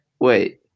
Wait